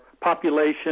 population